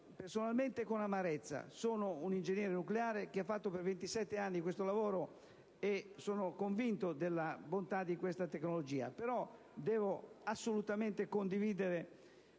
personale amarezza. Sono un ingegnere nucleare che ha svolto per 27 anni questo lavoro e sono convinto della bontà di questa tecnologia. Devo però assolutamente condividere,